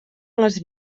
les